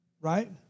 right